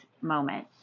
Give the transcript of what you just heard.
moment